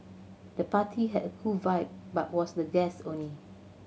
the party had a cool vibe but was the guests only